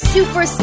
Super